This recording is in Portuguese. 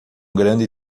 grande